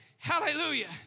Hallelujah